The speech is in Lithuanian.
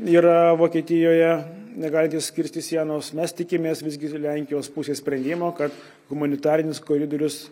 yra vokietijoje negalintys kirsti sienos mes tikimės visgi lenkijos pusės sprendimo kad humanitarinis koridorius